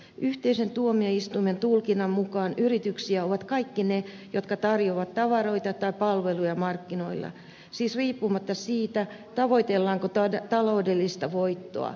yhteisön tuomioistuimen tulkinnan mukaan yrityksiä ovat kaikki ne jotka tarjoavat tavaroita tai palveluja markkinoilla siis riippumatta siitä tavoitellaanko taloudellista voittoa